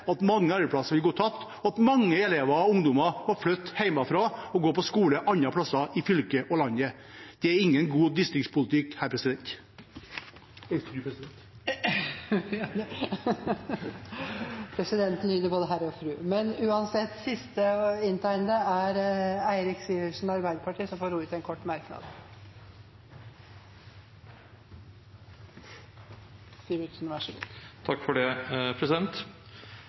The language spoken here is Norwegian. at mange arbeidsplasser vil gå tapt, og at mange elever og ungdommer må flytte hjemmefra og gå på skole andre steder i fylket og landet. Det er ingen god distriktspolitikk. Representanten Eirik Sivertsen har hatt ordet to ganger tidligere og får ordet til en kort merknad, begrenset til 1 minutt. I Arbeiderpartiet